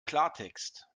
klartext